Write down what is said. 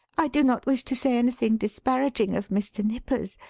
i do not wish to say anything disparaging of mr. nippers,